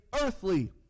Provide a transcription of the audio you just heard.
earthly